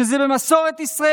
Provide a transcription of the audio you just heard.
שזה במסורת ישראל.